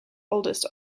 oldest